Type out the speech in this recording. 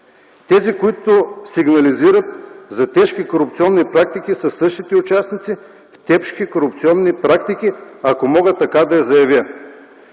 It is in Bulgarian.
тези, които сигнализират за тежки корупционни практики, са същите участници с тежки корупционни практики, ако мога така да заявя.